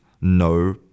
no